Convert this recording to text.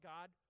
God